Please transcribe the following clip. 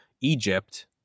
Egypt